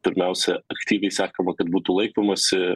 pirmiausia aktyviai sakoma kad būtų laikomasi